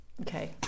Okay